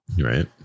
Right